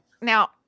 Now